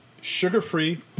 sugar-free